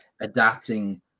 adapting